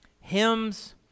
hymns